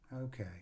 Okay